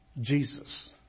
Jesus